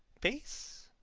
base?